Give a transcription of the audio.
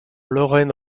lorraine